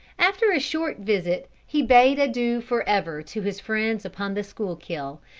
after a short visit he bade adieu forever to his friends upon the schuykill,